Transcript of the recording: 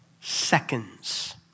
seconds